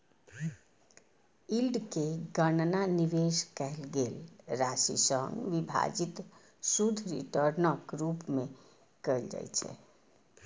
yield के गणना निवेश कैल गेल राशि सं विभाजित शुद्ध रिटर्नक रूप मे कैल जाइ छै